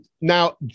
now